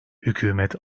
hükümet